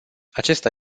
acesta